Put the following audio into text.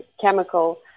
chemical